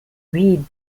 read